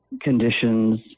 conditions